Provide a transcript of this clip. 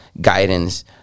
guidance